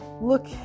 look